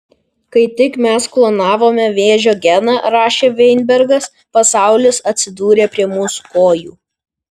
kai tik mes klonavome vėžio geną rašė vainbergas pasaulis atsidūrė prie mūsų kojų